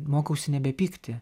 mokausi nebepykti